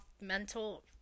mental